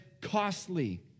costly